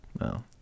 No